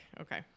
Okay